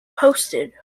posted